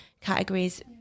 categories